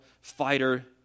fighter